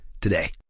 today